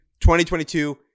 2022